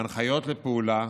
הנחיות לפעולה